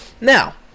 Now